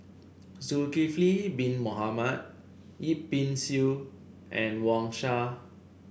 Zulkifli Bin Mohamed Yip Pin Xiu and Wang Sha